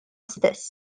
stess